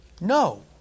No